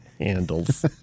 Handles